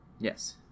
yes